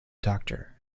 doctor